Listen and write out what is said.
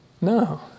No